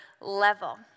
level